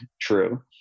true